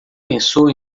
pensou